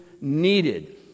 needed